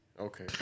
Okay